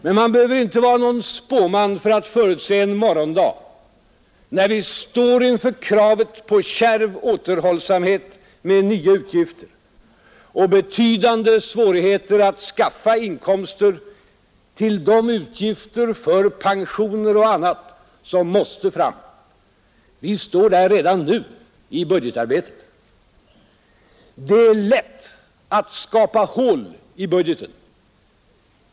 Men man behöver inte vara någon spåman för att förutse en morgondag när vi står inför kravet på kärv återhållsamhet med nya utgifter och betydande svårigheter att skaffa inkomster till de utgifter för pensioner och annat som måste fram, Vi står där redan nu i budgetarbetet. Det är lätt att skapa hål i budgeten.